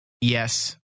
yes